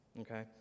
Okay